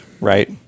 right